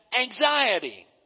anxiety